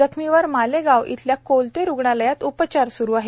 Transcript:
जखमीवर मालेगाव इथल्या कोलते रुग्णालयात उपचार स्रु आहेत